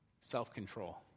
Self-control